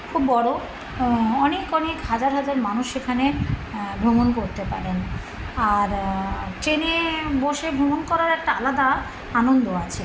খুব বড় অনেক অনেক হাজার হাজার মানুষ সেখানে ভ্রমণ করতে পারেন আর ট্রেনে বসে ভ্রমণ করার একটা আলাদা আনন্দ আছে